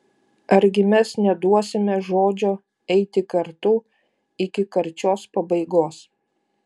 argi mes neduosime žodžio eiti kartu iki karčios pabaigos